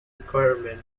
requirement